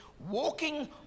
Walking